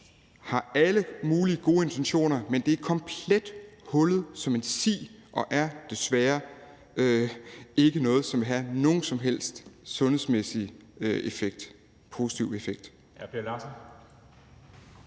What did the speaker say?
har alle mulige gode intentioner, men det er komplet hullet som en si og er desværre ikke noget, som vil have nogen som helst positiv sundhedsmæssig effekt.